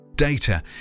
Data